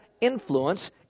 influence